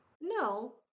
no